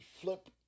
flip